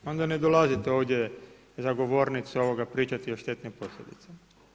Onda ne dolazite ovdje za govornicu pričati o štetnih posljedicama.